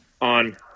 on